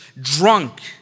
drunk